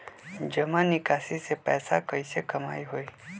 जमा निकासी से पैसा कईसे कमाई होई?